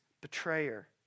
betrayer